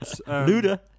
Luda